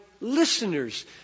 listeners